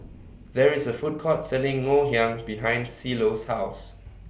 There IS A Food Court Selling Ngoh Hiang behind Cielo's House